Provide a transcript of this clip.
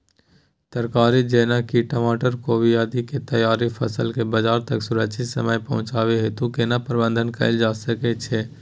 तरकारी जेना की टमाटर, कोबी आदि के तैयार फसल के बाजार तक सुरक्षित समय पहुँचाबै हेतु केना प्रबंधन कैल जा सकै छै?